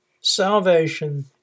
Salvation